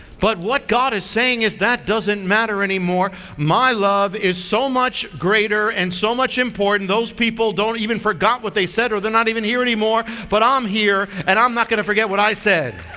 but what god is saying is that doesn't matter any more. my love is so much greater, and so much important. those people don't, even forgot what they said or they're not even here anymore. but i'm um here and i'm not going to forget what i said.